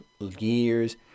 years